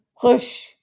push